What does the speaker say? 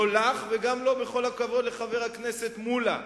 לא לך ובכל הכבוד גם לא לחבר הכנסת מולה.